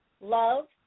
love